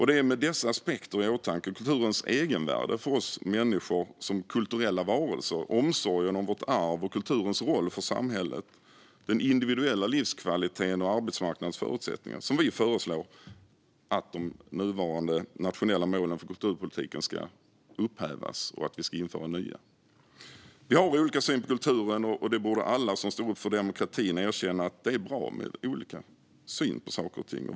Det är med dessa aspekter i åtanke - kulturens egenvärde för oss människor som kulturella varelser, omsorgen om vårt arv och kulturens roll för samhället, den individuella livskvaliteten och arbetsmarknadens förutsättningar - som vi föreslår att de nuvarande nationella målen för kulturpolitiken ska upphävas och att vi ska införa nya. Vi har olika syn på kulturen, och alla som står upp för demokratin borde erkänna att det är bra med olika syn på saker och ting.